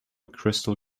crystal